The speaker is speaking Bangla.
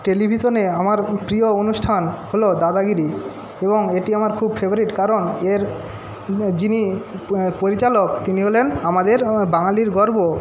টেলিভিশনে আমার প্রিয় অনুষ্ঠান হল দাদাগিরি এবং এটি আমার খুব ফেভারিট কারণ এর যিনি পরিচালক তিনি হলেন আমাদের বাঙালীর গর্ব